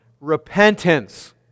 repentance